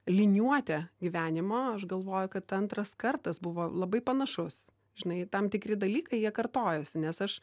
liniuotę gyvenimo aš galvoju kad antras kartas buvo labai panašus žinai tam tikri dalykai jie kartojasi nes aš